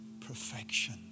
perfection